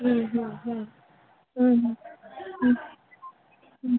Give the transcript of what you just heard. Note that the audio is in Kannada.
ಹ್ಞೂ ಹ್ಞೂ ಹ್ಞೂ ಹ್ಞೂ ಹ್ಞೂ ಹ್ಞೂ